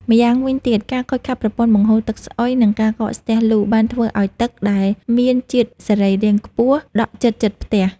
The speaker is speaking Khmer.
ម្យ៉ាងវិញទៀត ការខូចខាតប្រព័ន្ធបង្ហូរទឹកស្អុយ និងការកកស្ទះលូ បានធ្វើឱ្យទឹកដែលមានជាតិសរីរាង្គខ្ពស់ដក់ជិតៗផ្ទះ។